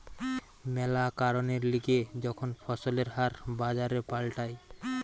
ম্যালা কারণের লিগে যখন ফসলের হার বাজারে পাল্টায়